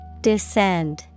Descend